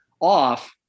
off